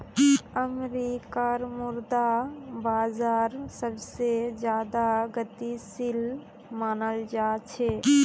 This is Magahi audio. अमरीकार मुद्रा बाजार सबसे ज्यादा गतिशील मनाल जा छे